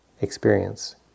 experience